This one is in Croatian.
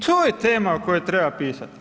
To je tema o kojoj treba pisati.